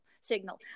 signal